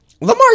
Lamar